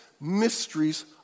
mysteries